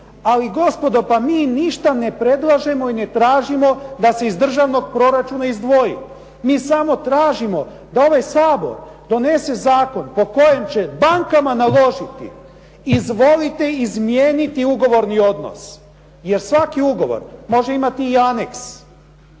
Ali gospodo pa mi ništa ne predlažemo i ne tražimo da se iz državnog proračuna izdvoji. Mi samo tražimo da ovaj Sabor donese zakon po kojem će bankama naložiti, izvolite izmijeniti ugovorni odnos, jer svaki ugovor može imati i aneks.